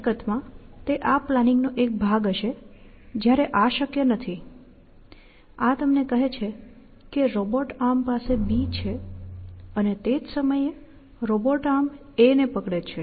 હકીકતમાં તે આ પ્લાનિંગ નો એક ભાગ હશે જયારે આ શક્ય નથી આ તમને કહે છે કે રોબોટ આર્મ પાસે B છે અને તે જ સમયે રોબોટ આર્મ A ને પકડે છે